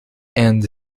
and